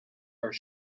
are